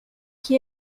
qui